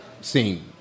scene